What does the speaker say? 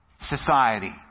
society